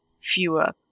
fewer